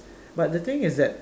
but the thing is that